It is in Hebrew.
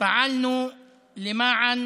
פעלנו למען